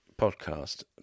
podcast